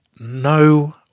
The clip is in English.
no